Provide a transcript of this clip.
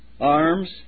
arms